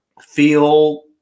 feel